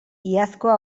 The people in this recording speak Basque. iazkoa